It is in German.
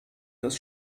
des